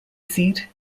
seat